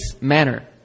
manner